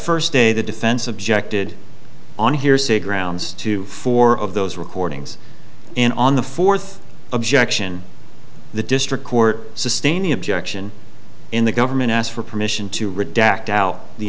first day the defense objected on hearsay grounds to four of those recordings and on the fourth objection the district court sustaining objection in the government asked for permission to redact out the